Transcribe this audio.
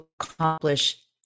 accomplish